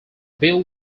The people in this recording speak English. bill